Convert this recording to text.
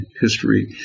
history